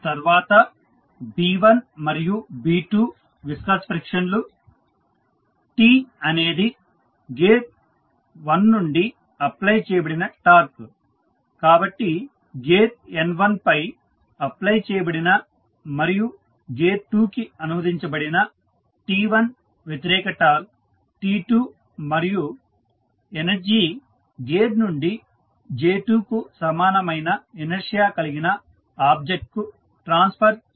తర్వాత B1 మరియు B2 viscous friction లు T అనేది గేర్ 1 నుండి అప్లై చేయబడిన టార్క్ కాబట్టి గేర్ N1 పై అప్లై చేయబడిన మరియు గేర్ 2 కి అనువదించబడిన T1 వ్యతిరేక టార్క్ T2 మరియు ఎనర్జీ గేర్ నుండి J2 కు సమానమైన ఇనర్షియా కలిగిన ఆబ్జెక్ట్ కు ట్రాన్స్ఫర్ చేయబడుతుంది